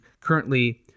currently